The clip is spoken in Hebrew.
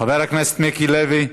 חבר הכנסת מיקי לוי,